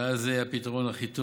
ואז זה יהיה הפתרון הכי טוב.